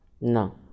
No